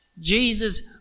Jesus